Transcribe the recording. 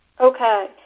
Okay